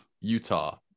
Utah